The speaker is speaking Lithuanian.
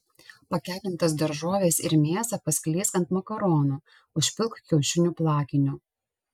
pakepintas daržoves ir mėsą paskleisk ant makaronų užpilk kiaušinių plakiniu